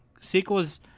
Sequels